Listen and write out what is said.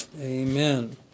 Amen